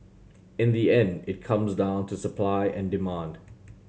in the end it comes down to supply and demand